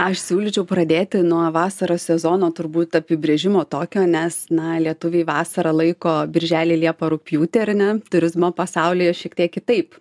aš siūlyčiau pradėti nuo vasaros sezono turbūt apibrėžimo tokio nes na lietuviai vasarą laiko birželį liepą rugpjūtį ar ne turizmo pasaulyje šiek tiek kitaip